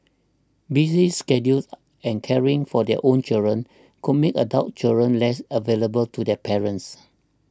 busy schedules and caring for their own children could make adult children less available to their parents